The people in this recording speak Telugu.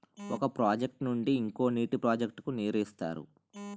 ఒక ప్రాజెక్ట్ నుండి ఇంకో నీటి ప్రాజెక్ట్ కు నీరు ఇస్తారు